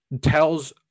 tells